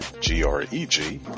G-R-E-G